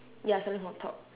ya starting from top